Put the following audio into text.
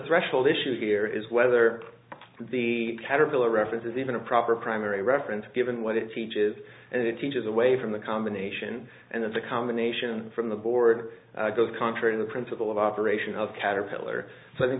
threshold issue here is whether the caterpillar reference is even a proper primary reference given what it teaches and it teaches away from the combination and that the combination from the board goes contrary to the principle of operation of caterpillar so i think